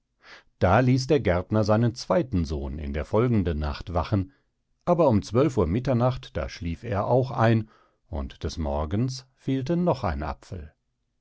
da ließ der gärtner seinen zweiten sohn in der folgenden nacht wachen aber um zwölf uhr mitternacht da schlief er auch ein und des morgens fehlte noch ein apfel